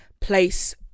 place